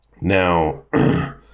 Now